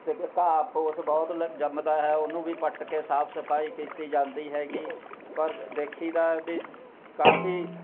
ਅਤੇ ਘਾਹ ਫੂਸ ਬਹੁਤ ਜੰਮਦਾ ਹੈ ਉਹਨੂੰ ਵੀ ਪੱਟ ਕੇ ਸਾਫ਼ ਸਫ਼ਾਈ ਕੀਤੀ ਜਾਂਦੀ ਹੈਗੀ ਪਰ ਦੇਖੀ ਦਾ ਵੀ ਕਾਫੀ